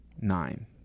nine